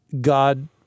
God